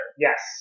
Yes